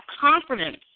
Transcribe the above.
confidence